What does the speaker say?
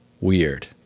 Weird